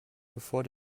bevor